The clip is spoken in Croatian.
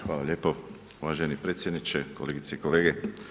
Hvala lijepo uvaženi predsjedniče, kolegice i kolege.